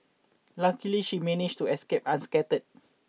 luckily she managed to escape unscathed